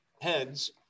heads